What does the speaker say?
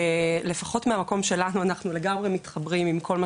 לפחות מהמקום שלנו אנחנו לגמרי מתחברים לכל מה